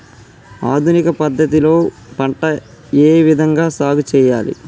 ఆధునిక పద్ధతి లో పంట ఏ విధంగా సాగు చేయాలి?